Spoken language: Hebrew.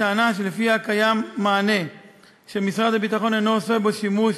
הטענה שלפיה קיים מענה שמשרד הביטחון אינו עושה בו שימוש